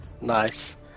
Nice